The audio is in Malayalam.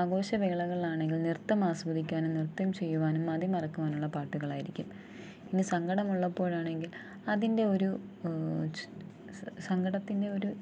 ആഘോഷവേളകളിലാണെങ്കിൽ നൃത്തമാസ്വദിക്കാനും നൃത്തം ചെയ്യുവാനും മതി മറക്കുവാനുള്ള പാട്ടുകളായിരിക്കും പിന്നെ സങ്കടമുള്ളപ്പോഴാണെങ്കിൽ അതിൻ്റെ ഒരു സ് സ സങ്കടത്തിൻ്റെ ഒരു